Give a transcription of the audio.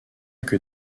que